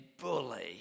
bully